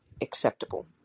acceptable